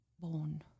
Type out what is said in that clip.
born